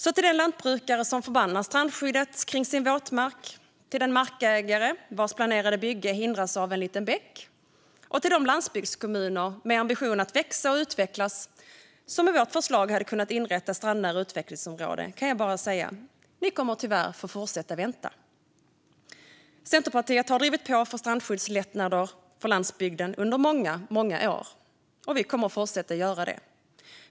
Så till den lantbrukare som förbannar strandskyddet kring sin våtmark, till den markägare vars planerade bygge hindras av en liten bäck och till de landsbygdskommuner med ambition att växa och utvecklas som med vårt förslag hade kunnat inrätta strandnära utvecklingsområden kan jag bara säga: Ni kommer tyvärr att få fortsätta vänta. Centerpartiet har drivit på för strandskyddslättnader för landsbygden under många år, och vi kommer att fortsätta göra det.